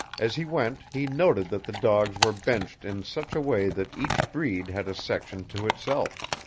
as he went, he noted that the dogs were benched in such a way that each breed had a section to itself.